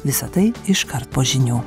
visa tai iškart po žinių